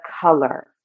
color